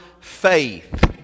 faith